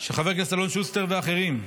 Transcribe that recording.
של חבר הכנסת אלון שוסטר ואחרים.